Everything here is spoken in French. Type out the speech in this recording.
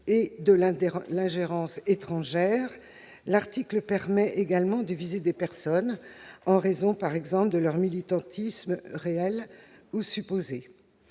et de « l'ingérence étrangère », cet article permet également de viser des personnes en raison de leur militantisme réel ou supposé.